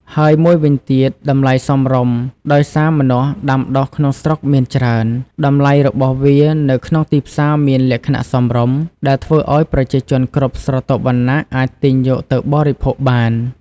ហើយមួយវិញទៀតតម្លៃសមរម្យ ដោយសារម្នាស់ដាំដុះក្នុងស្រុកមានច្រើន តម្លៃរបស់វានៅក្នុងទីផ្សារមានលក្ខណៈសមរម្យ ដែលធ្វើឱ្យប្រជាជនគ្រប់ស្រទាប់វណ្ណៈអាចទិញយកទៅបរិភោគបាន។